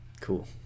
Cool